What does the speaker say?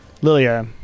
Lilia